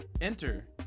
Enter